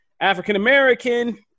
African-American